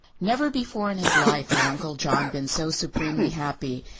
never before in his life had uncle john been so supremely happy,